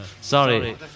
sorry